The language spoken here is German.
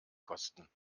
kosten